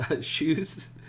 shoes